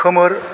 खोमोर